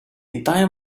entire